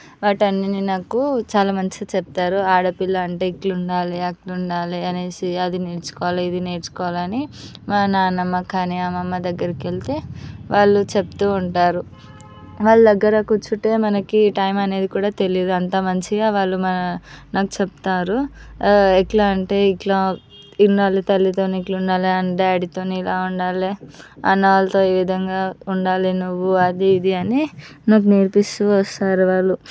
వాటన్నిటిని నాకు చాలా మంచిగా చెబుతారు ఆడపిల్ల అంటే ఇట్ల ఉండాలి అట్లా ఉండాలి అనేసి అది నేర్చుకోవాలి ఇది నేర్చుకోవాలని మా నానమ్మ కానీ అమ్మమ్మ దగ్గరికి వెళ్తే వాళ్ళు చెబుతూ ఉంటారు వాళ్ళ దగ్గర కూర్చుంటే మనకి టైం అనేది కూడా తెలియదు అంత మంచిగా వాళ్ళు మా నాకు చెప్తారు ఇట్లా అంటే ఇట్లా ఉండాలి తల్లితోని ఇట్లా ఉండాలి అని డాడీతోని ఇలా ఉండాలి అన్న వాళ్ళతో ఏ విధంగా ఉండాలి నువ్వు అది ఇది అని నాకు నేర్పిస్తూ వస్తారు వాళ్ళు